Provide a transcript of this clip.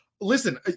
listen